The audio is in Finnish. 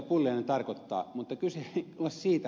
pulliainen tarkoittaa mutta kyse ei ole siitä